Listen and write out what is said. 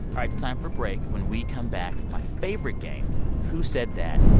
like time for break. when we come back, my favorite game who said that,